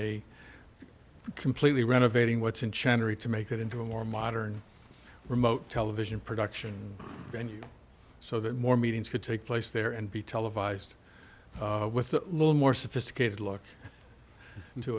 a completely renovating what's in chancery to make it into a more modern remote television production venue so that more meetings could take place there and be televised with a little more sophisticated look into